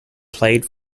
played